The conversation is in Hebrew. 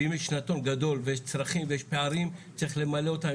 ואם יש שנתון גדול ויש צרכים ויש פערים צריך למלא אותם.